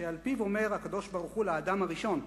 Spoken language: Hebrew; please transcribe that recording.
שעל-פיו אומר הקדוש-ברוך-הוא לאדם הראשון: